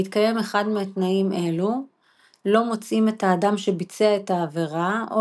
בהתקיים אחד מתנאים אלו לא מוצאים את האדם שביצע את העבירה או